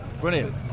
Brilliant